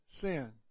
sin